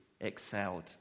excelled